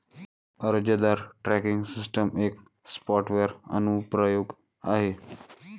अर्जदार tracking system एक software अनुप्रयोग आहे